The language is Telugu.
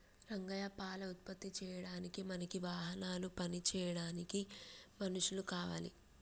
రంగయ్య పాల ఉత్పత్తి చేయడానికి మనకి వాహనాలు పని చేయడానికి మనుషులు కావాలి